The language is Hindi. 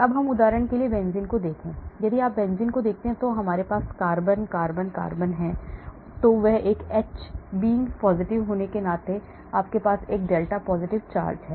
अब हम उदाहरण के लिए बेंजीन को देखें यदि आप बेंजीन को देखते हैं तो हमारे पास कार्बन कार्बन कार्बन कार्बन है तो the H being positive होने के नाते आपके पास एक delta positive charge है